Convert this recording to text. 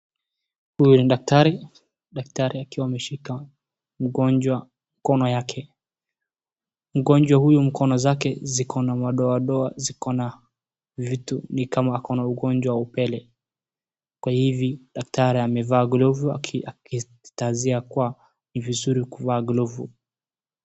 Huyu ni daktari, daktari akiwa ameshika mgonjwa mkono yake. Mgonjwa huyu mkono zake ziko na madoadoa ziko na vitu ni kama ako na ugonjwa wa upele. Kwa ivi daktari amevaa glovu akiwa akitanzia kuwa ni vizuri kuvaa glovu.